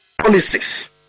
Policies